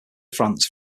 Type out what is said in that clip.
france